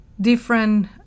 different